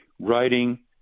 writing